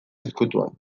ezkutuan